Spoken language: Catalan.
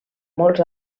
molts